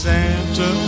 Santa